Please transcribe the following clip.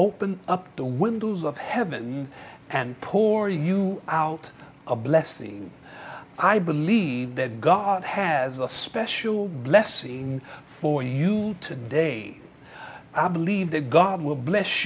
open up the windows of heaven and poor you out a blessing i believe that god has a special blessing for you today i believe that god will bless